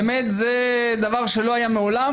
באמת זה דבר שלא היה מעולם.